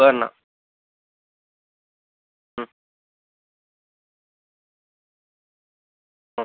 Verna മ് മ്